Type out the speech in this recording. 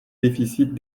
déficits